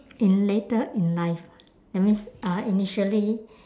in later in life that means uh initially